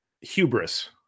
hubris